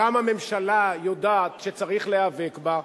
וגם הממשלה יודעת שצריך להיאבק בה,